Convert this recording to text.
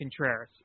Contreras